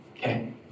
okay